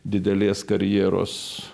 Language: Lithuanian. didelės karjeros